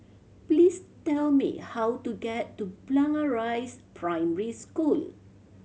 please tell me how to get to Blangah Rise Primary School